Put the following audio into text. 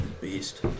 Beast